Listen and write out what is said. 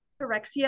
anorexia